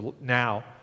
now